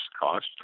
cost